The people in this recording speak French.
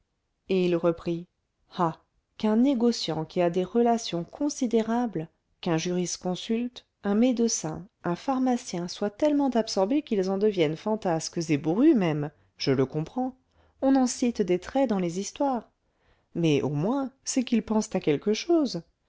et il reprit ah qu'un négociant qui a des relations considérables qu'un jurisconsulte un médecin un pharmacien soient tellement absorbés qu'ils en deviennent fantasques et bourrus même je le comprends on en cite des traits dans les histoires mais au moins c'est qu'ils pensent à quelque chose